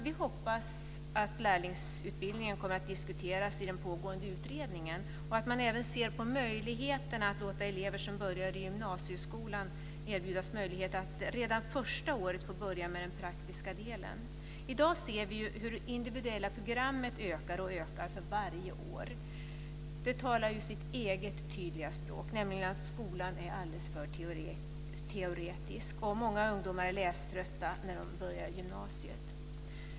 Vi hoppas att lärlingsutbildningen kommer att diskuteras i den pågående utredningen och att man även ser på möjligheterna att låta elever som börjar i gymnasieskolan erbjudas tillfälle att redan första året få börja med den praktiska delen. I dag ser vi hur det individuella programmet ökar i omfattning för varje år. Det talar sitt eget tydliga språk, nämligen att skolan är alldeles för teoretisk. Många ungdomar är läströtta när de börjar gymnasiet.